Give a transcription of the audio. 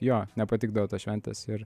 jo nepatikdavo tos šventės ir